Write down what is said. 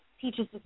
Teaches